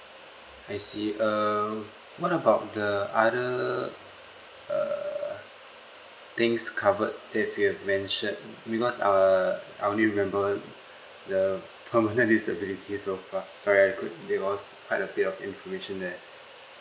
I see uh what about the other uh things covered that you've mentioned because err I only remember the permanent disability so far sorry I could a bit lost quite a bit of information there